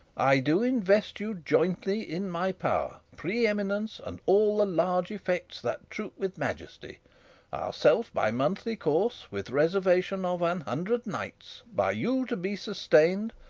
i do invest you jointly in my power, pre-eminence, and all the large effects that troop with majesty ourself, by monthly course, with reservation of an hundred knights, by you to be sustain'd,